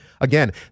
Again